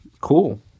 cool